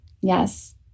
yes